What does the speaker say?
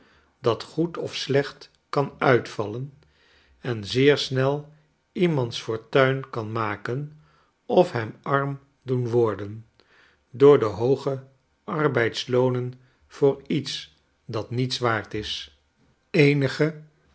dat goed of slecht kan uitvallen en zeer snel iemands fortuin kan maken of hem arm doen worden door de hooge arbeidsloonen voor lets dat niets waard is eenige